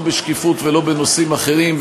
לא בשקיפות ולא בנושאים אחרים,